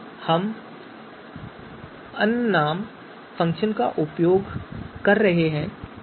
हम अननाम फ़ंक्शन का भी उपयोग कर रहे हैं